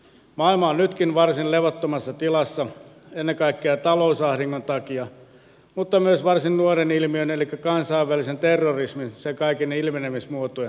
maailma on nytkin varsin levottomassa tilassa ennen kaikkea talousahdingon takia mutta myös varsin nuoren ilmiön elikkä kansainvälisen terrorismin sen kaikkien ilmenemismuotojen takia